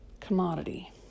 Commodity